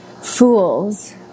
fools